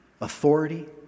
Authority